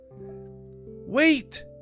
Wait